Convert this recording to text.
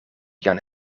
vian